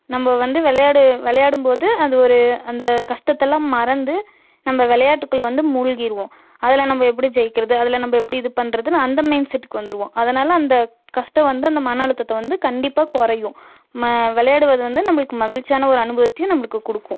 நம்ம வந்து விளையாடு விளையாடும்போது அது ஒரு அந்த கஷ்டத்தெல்லாம் மறந்து நம்ம விளையாட்டுக்குள்ள வந்து மூழ்கிருவோம் அதில் நம்ம எப்படி ஜெயிக்கிறது அதில் நம்ம எப்படி இது பண்ணுறதுன்னு அந்த மைண்ட் செட்டுக்கு வந்துடுவோம் அதனால் அந்த கஷ்டம் வந்து அந்த மன அழுத்தத்த வந்து கண்டிப்பாக குறையும் ம விளையாடுவது வந்து நம்மளுக்கு மகிழ்ச்சியான ஒரு அனுபவத்தையும் நம்மளுக்கு கொடுக்கும்